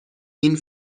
این